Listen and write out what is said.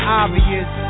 obvious